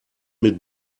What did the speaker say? mit